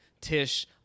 Tish